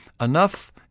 enough